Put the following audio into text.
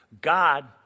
God